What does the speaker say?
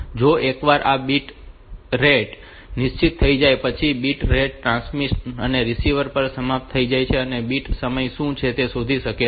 જો એકવાર આ બીટ rate નિશ્ચિત થઈ જાય પછી બીટ rate ટ્રાન્સમીટર અને રીસીવર પર સંમત થાય છે અને તે બીટ સમય શું છે તે શોધી શકે છે